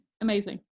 Amazing